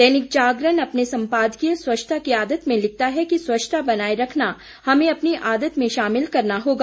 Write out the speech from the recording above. दैनिक जागरण अपने संपादकीय स्वच्छता की आदत में लिखता है कि स्वच्छता बनाएं रखना हमें अपनी आदत में शामिल करना होगा